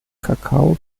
kakao